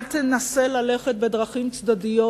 אל תנסה ללכת בדרכים צדדיות.